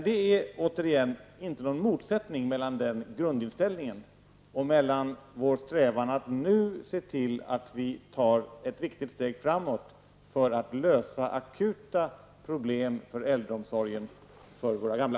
Det är återigen inte någon motsättning mellan den grundinställningen och vår strävan att nu se till att vi tar ett viktigt steg framåt för att lösa de akuta problem som finns i äldreomsorgen för våra gamla.